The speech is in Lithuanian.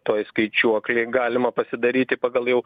toj skaičiuoklėj galima pasidaryti pagal jau